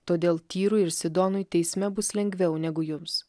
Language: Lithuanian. todėl tyrui ir sidonui teisme bus lengviau negu jums